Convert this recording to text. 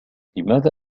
لماذا